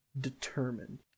determined